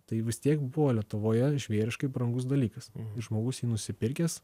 tai vis tiek buvo lietuvoje žvėriškai brangus dalykas žmogus jį nusipirkęs